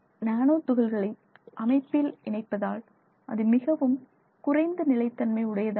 நானோ துகள்களை அமைப்பில் இணைப்பதால் அது மிகவும் குறைந்த நிலைத்தன்மை உடையதாகிறது